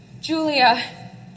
Julia